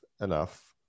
enough